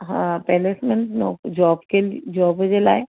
हा पलेस्मेंट नौकरी जॉब के लिए जॉब जे लाइ